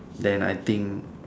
then I think